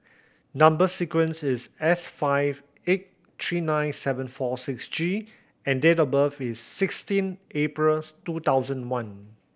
number sequence is S five eight three nine seven four six G and date of birth is sixteen April's two thousand one